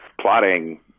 plotting